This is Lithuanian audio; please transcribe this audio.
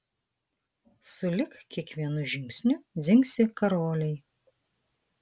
sulig kiekvienu žingsniu dzingsi karoliai